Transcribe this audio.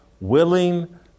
willing